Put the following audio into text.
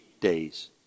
days